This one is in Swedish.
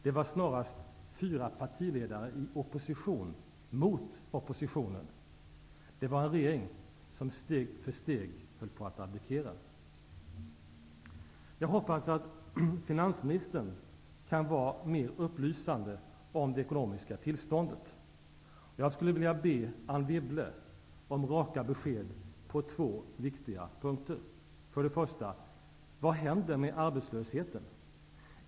Det var snarast fyra partiledare i opposition -- mot oppositionen! Det var regeringen som steg för steg höll på att abdikera. Jag hoppas att finansministern kan vara mera upplysande om det ekonomiska tillståndet, och jag skulle vilja be Anne Wibble om raka besked på två viktiga punkter: 1. Vad händer med arbetslösheten?